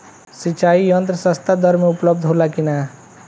सिंचाई यंत्र सस्ता दर में उपलब्ध होला कि न?